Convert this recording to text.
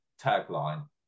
tagline